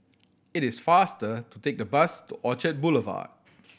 it is faster to take the bus to Orchard Boulevard